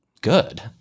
good